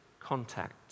contact